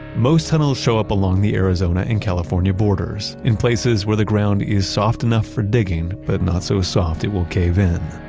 most tunnels show up along the arizona and california borders, in places where the ground is soft enough for digging but not so soft it will cave in.